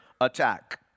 attack